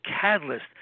catalyst